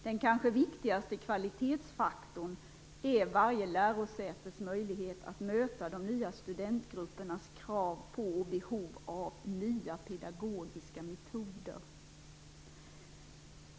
Den kanske viktigaste kvalitetsfaktorn är varje lärosätes möjlighet att möta de nya studentgruppernas krav på och behov av nya pedagogiska metoder.